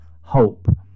hope